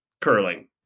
curling